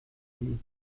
sie